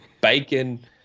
bacon